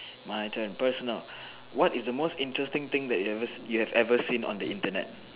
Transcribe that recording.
my turn personal what is the most interesting thing you have ever seen on the Internet